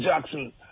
Jackson